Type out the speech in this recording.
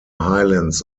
highlands